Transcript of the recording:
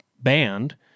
band